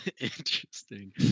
Interesting